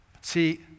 See